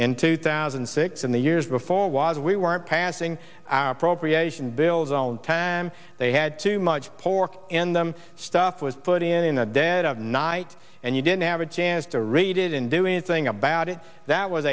in two thousand and six and the years before was we weren't passing our appropriation bills on time they had too much pork in them stuff was put in in the dead of night and you didn't have a chance to read it and do anything about it that was